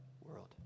world